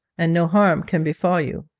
and no harm can befall you